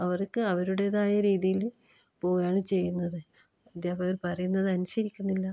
അവർക്ക് അവരുടേതായ രീതിയിൽ പോവുകയാണ് ചെയ്യുന്നത് അധ്യാപകർ പറയുന്നത് അനുസരിക്കുന്നില്ല